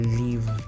leave